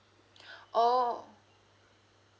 oh